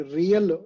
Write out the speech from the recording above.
real